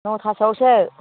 न'थासोआवसो